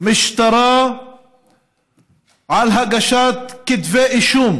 משטרה על הגשת כתבי אישום